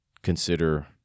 consider